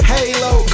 Halo